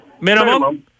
Minimum